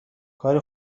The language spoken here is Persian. کار